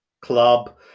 club